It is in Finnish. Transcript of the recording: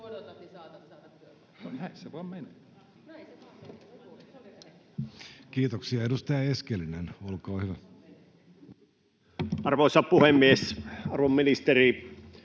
Kiitoksia. — Edustaja Lehtinen, olkaa hyvä. Arvoisa puhemies! Vaikka oppositio